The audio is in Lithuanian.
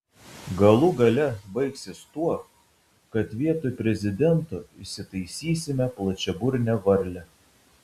galų gale baigsis tuo kad vietoj prezidento įsitaisysime plačiaburnę varlę